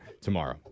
tomorrow